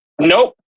Nope